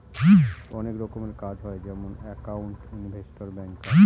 অনেক রকমের কাজ হয় যেমন একাউন্ট, ইনভেস্টর, ব্যাঙ্কার